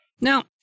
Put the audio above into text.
Now